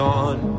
Gone